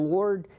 Lord